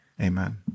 Amen